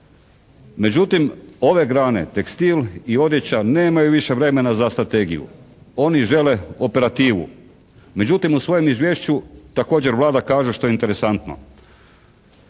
međutim ove grane tekstil i odjeća nemaju više vremena za strategiju. Oni žele operativu. Međutim, u svojem izvješću također Vlada kaže što je interesantno.